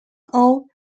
all